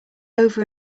over